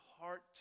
heart